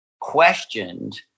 questioned